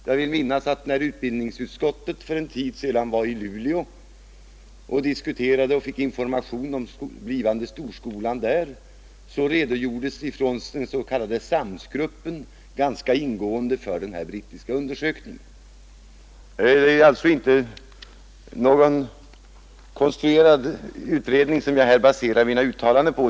Jag vill minnas att när utbildningsutskottet för en tid sedan var i Luleå och fick information om den blivande storskolan där redogjordes från den s.k. SAMS-gruppens sida ganska ingående för den här brittiska undersökningen. Det är alltså inte någon konstruerad utredning som jag här baserar mina uttalanden på.